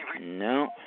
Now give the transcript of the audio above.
No